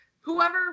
Whoever